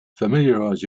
familiarize